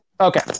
Okay